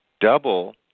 double